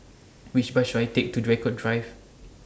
Which Bus should I Take to Draycott Drive